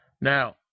Now